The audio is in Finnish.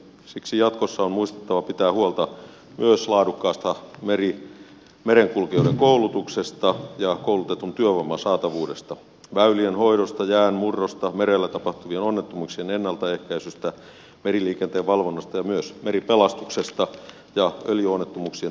siksi jatkossa on muistettava pitää huolta myös laadukkaasta merenkulkijoiden koulutuksesta ja koulutetun työvoiman saatavuudesta väylien hoidosta jäänmurrosta merellä tapahtuvien onnettomuuksien ennaltaehkäisystä meriliikenteen valvonnasta ja myös meripelastuksesta ja öljyonnettomuuksien torjunnasta